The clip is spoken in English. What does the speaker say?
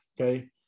okay